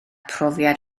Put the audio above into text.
profiad